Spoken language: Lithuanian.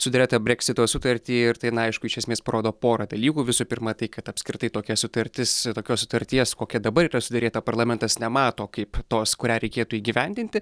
suderėtą breksito sutartį ir tai na aišku iš esmės parodo porą dalykų visų pirma tai kad apskritai tokia sutartis tokios sutarties kokia dabar yra suderėta parlamentas nemato kaip tos kurią reikėtų įgyvendinti